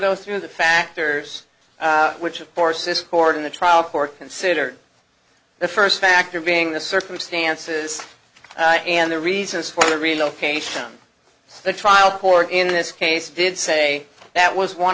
go through the factors which of course this court in the trial court consider the first factor being the circumstances and the reasons for the relocation the trial court in this case did say that was one